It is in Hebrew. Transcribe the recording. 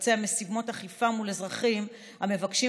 לבצע משימות אכיפה מול אזרחים המבקשים